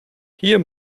hier